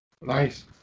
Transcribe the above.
Nice